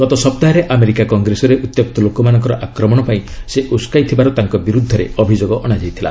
ଗତ ସପ୍ତାହରେ ଆମେରିକା କଂଗ୍ରେସ୍ରେ ଉତ୍ୟକ୍ତ ଲୋକମାନଙ୍କର ଆକ୍ରମଣ ପାଇଁ ସେ ଉସ୍କାଇ ଥିବାର ତାଙ୍କ ବିରୁଦ୍ଧରେ ଅଭିଯୋଗ ଅଶାଯାଇଥିଲା